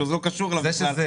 זה לא קשור אליו בכלל,